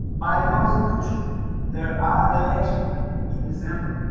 by the constitution there are elections in december